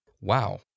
Wow